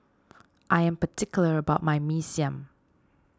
I am particular about my Mee Siam